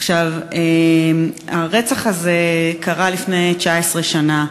עכשיו, הרצח הזה קרה לפני 19 שנה,